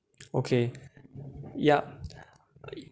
okay yup